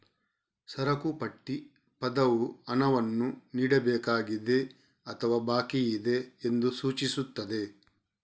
ಸರಕು ಪಟ್ಟಿ ಪದವು ಹಣವನ್ನು ನೀಡಬೇಕಾಗಿದೆ ಅಥವಾ ಬಾಕಿಯಿದೆ ಎಂದು ಸೂಚಿಸುತ್ತದೆ